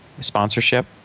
sponsorship